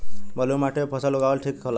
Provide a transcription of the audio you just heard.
बलुई माटी पर फसल उगावल ठीक होला?